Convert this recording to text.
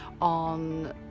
on